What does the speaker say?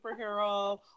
superhero